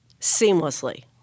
seamlessly